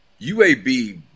UAB